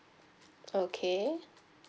okay